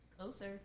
Closer